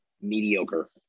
mediocre